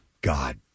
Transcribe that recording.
God